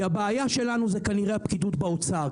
הבעיה שלנו היא כנראה הפקידות באוצר.